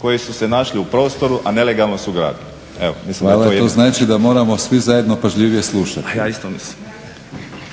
koji su se našli u prostoru a nelegalno su gradili. **Batinić, Milorad (HNS)** Hvala. To znači da moramo svi zajedno pažljivije slušati. … /Upadica: Pa i ja isto mislim./ …